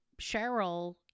Cheryl